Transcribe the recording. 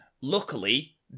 Luckily